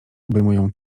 obejmują